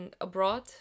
abroad